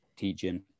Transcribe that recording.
teaching